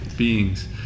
beings